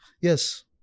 Yes